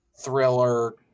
thriller